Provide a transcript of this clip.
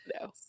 No